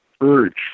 urge